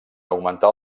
augmentar